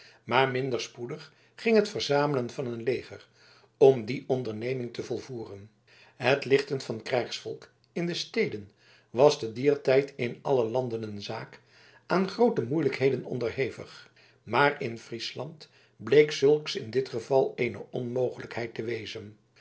maar minder spoedig ging het verzamelen van een leger om die onderneming te volvoeren het lichten van krijgsvolk in de steden was te dier tijd in alle landen een zaak aan groote moeilijkheden onderhevig maar in friesland bleek zulks in dit geval eene onmogelijkheid te wezen